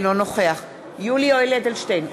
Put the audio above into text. אינו נוכח יולי יואל אדלשטיין,